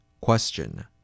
Question